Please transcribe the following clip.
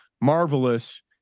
marvelous